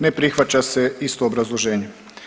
Ne prihvaća se, isto obrazloženje.